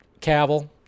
Cavill